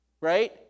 right